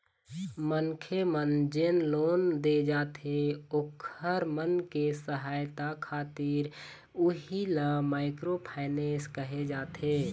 मनखे मन जेन लोन दे जाथे ओखर मन के सहायता खातिर उही ल माइक्रो फायनेंस कहे जाथे